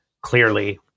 clearly